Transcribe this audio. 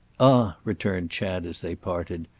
ah, returned chad as they parted,